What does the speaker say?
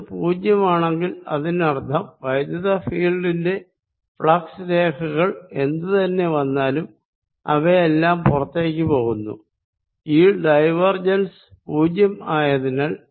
ഇത് പൂജ്യമാണെങ്കിൽ അതിനർത്ഥം ഇലക്ട്രിക്ക് ഫീൽഡിന്റെ ഫ്ലക്സ് രേഖകൾ എന്ത് തന്നെ വന്നാലും അവയെല്ലാം പുറത്തേക്ക് പോകുന്നു ഈ ഡൈവർജൻസ് പൂജ്യം ആയതിനാൽ